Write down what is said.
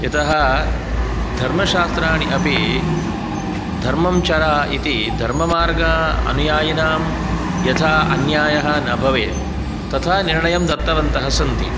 यतः धर्मशास्त्राणि अपि धर्मं चर इति धर्ममार्ग अनुयायिनां यथा अन्यायः न भवेत् तथा निर्णयं दत्तवन्तः सन्ति